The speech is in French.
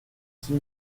six